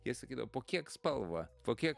jie sakydavo po kiek spalva po kiek